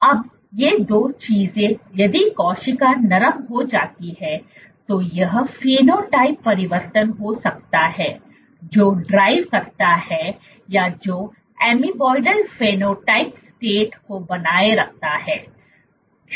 अब ये 2 चीजें यदि कोशिका नरम हो जाती हैं तो यह एक फेनोटाइप परिवर्तन हो सकता है जो ड्राइव करता है या जो एमीबॉयडल फेनोटाइप स्टेट को बनाए रखता है